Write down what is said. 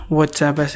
WhatsApp